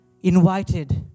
invited